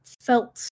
felt